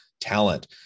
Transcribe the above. talent